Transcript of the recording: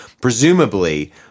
Presumably